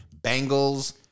Bengals